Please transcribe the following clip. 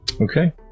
Okay